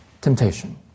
temptation